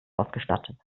ausgestattet